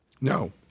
No